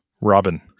Robin